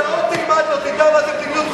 מדיניות חוץ.